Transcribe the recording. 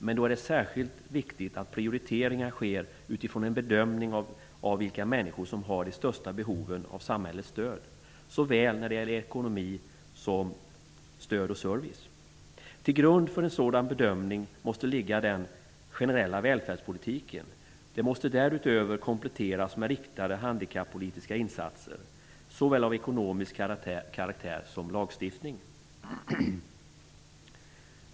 Det är då särskilt viktigt att prioriteringar sker utifrån en bedömning av vilka människor som har det största behovet av samhällets stöd såväl när det gäller ekonomi som stöd och service. Till grund för en sådan bedömning måste ligga den generella välfärdspolitiken. Det måste därutöver kompletteras med riktade handikappolitiska insatser, såväl insatser av ekonomisk karaktär som lagstiftning.